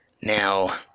now